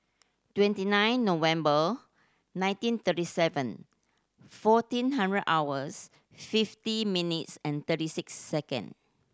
twenty nine November nineteen thirty seven fourteen hundred hours fifty minutes and thirty six second